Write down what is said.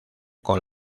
con